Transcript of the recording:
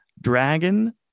dragon